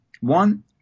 one